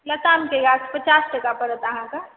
लताम के गाछ पचास टका परत अहाँकेॅं